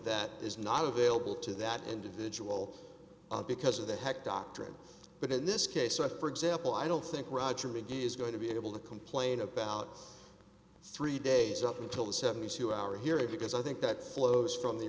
that is not available to that individual because of the heck doctrine but in this case i for example i don't think roger mcguinn is going to be able to complain about three days up until the seventy two hour hearing because i think that flows from the